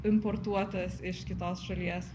importuotas iš kitos šalies